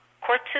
court